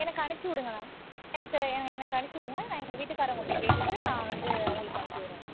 எனக்கு அனுப்பிச்சுடுங்க மேம் எனக்கு எனக்கு அனுப்பிச்சுடுங்க நான் எங்கள் வீட்டுக்காரவங்கள்கிட்ட கேட்டுவிட்டு நான் வந்து உங்களுக்கு அனுப்பி விட்றேன் மேம்